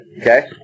Okay